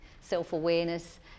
self-awareness